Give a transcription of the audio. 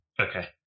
Okay